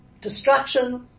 destruction